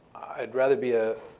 i'd rather be a